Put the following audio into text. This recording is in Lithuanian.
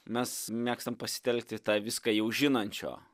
mes mėgstam pasitelkti tą viską jau žinančio